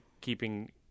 keeping